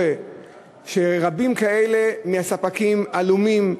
רבים מהספקים עלומים,